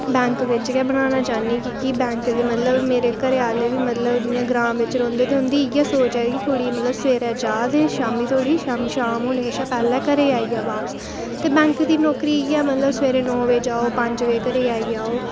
bank बिच गै बनाना चाह्न्नीं की के बैंक च गै मेरे घरै आह्ले बी मतलब ग्रांऽ बिच रौहंदे ते उं'दी इ'यै सोच ऐ की कुड़ी सवेरे जा ते शामीं शाम होने तक्कर बापस आई जा घरै गी ते बैंक दी नौकरी इ'यै कि सवेरे जाओ ते शामीं पंज बजे घरै गी आई जाओ